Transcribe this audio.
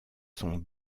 sont